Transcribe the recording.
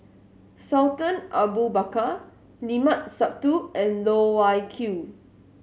Sultan Abu Bakar Limat Sabtu and Loh Wai Kiew